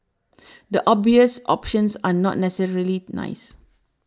the obvious options are not necessarily nice